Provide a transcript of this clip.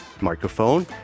microphone